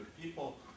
people